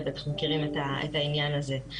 אתם בטח מכירים את העניין הזה.